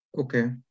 Okay